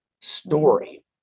story